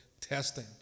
testing